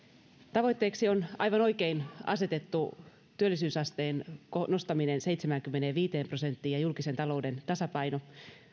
tavoitteeksi on aivan oikein asetettu työllisyysasteen nostaminen seitsemäänkymmeneenviiteen prosenttiin ja julkisen talouden tasapaino